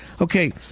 okay